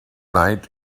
night